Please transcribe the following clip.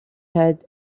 had